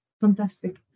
Fantastic